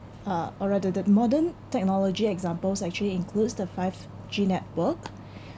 uh or rather that modern technology examples actually includes the five g network